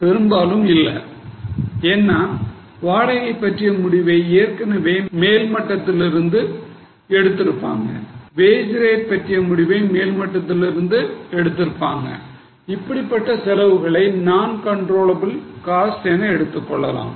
பெரும்பாலும் இல்ல ஏன்னா வாடகை பற்றிய முடிவை ஏற்கனவே மேல்மட்டத்திலிருந்து எடுத்து இருப்பாங்க வேஜ் ரேட் பற்றிய முடிவை மேல்மட்டத்தில் இருந்து எடுத்து இருப்பாங்க இப்படிப்பட்ட செலவுகளை non controllable cost எனக்கொள்ளலாம்